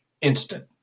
instant